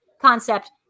concept